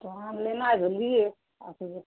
تواں لینا ہے بلیے آپ